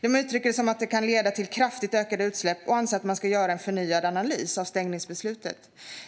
Man uttrycker det som att det kan leda till kraftigt ökade utsläpp och anser att man ska göra en förnyad analys av stängningsbeslutet.